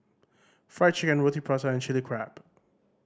Fried Chicken Roti Prata and Chilli Crab